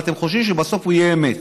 ואתם חושבים שבסוף הוא יהיה אמת.